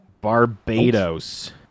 barbados